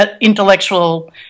intellectual